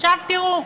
עכשיו תראו,